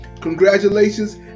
Congratulations